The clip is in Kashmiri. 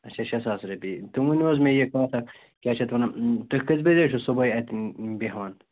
اَچھا شےٚ ساس رۄپیہِ تُہۍ ؤنِو حظ مےٚ یہِ کَتھ اَکھ کیٛاہ چھِ اَتھ وَنان تُہۍ کٕژِ بَجہِ ٲسِو صُبحٲے اَتہِ بیٚہوان